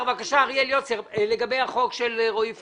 אריאל יוצר, בבקשה, לגבי החוק של רועי פולקמן,